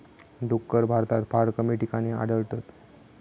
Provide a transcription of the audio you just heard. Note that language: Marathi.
डुक्कर भारतात फार कमी ठिकाणी आढळतत